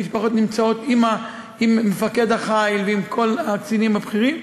המשפחות נמצאות עם מפקד החיל ועם כל הקצינים הבכירים,